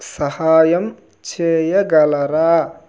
సహాయం చేయగలరా